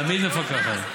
תמיד מפקחת.